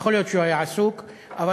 אין לו זמן.